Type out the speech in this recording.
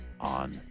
on